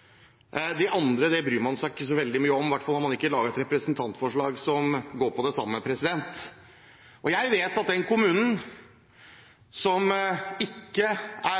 den kommunen som det ikke er